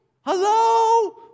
hello